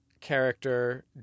character